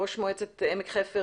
ראש מועצת עמק חפר,